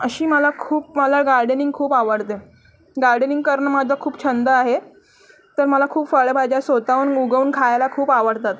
अशी मला खूप मला गार्डनिंग खूप आवडते गार्डनिंग करणं माझं खूप छंद आहे तर मला खूप फळं भाज्या स्वत हून उगवून खायला खूप आवडतात